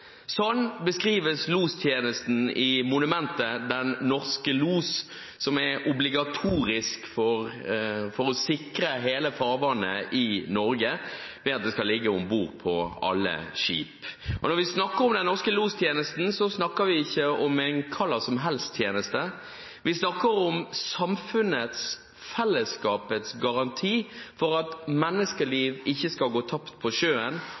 Sånn beskrives lostjenesten i monumentet «Den norske los», som er obligatorisk for å sikre hele farvannet i Norge ved at det skal ligge om bord på alle skip. Når vi snakker om den norske lostjenesten, snakker vi ikke om en hvilken som helst tjeneste. Vi snakker om samfunnets og fellesskapets garanti for at menneskeliv ikke skal gå tapt på sjøen,